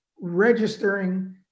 registering